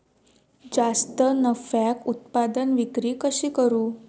जास्त नफ्याक उत्पादन विक्री कशी करू?